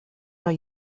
are